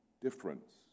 difference